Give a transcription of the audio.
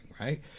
right